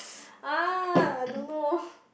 ah I don't know